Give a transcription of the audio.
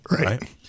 Right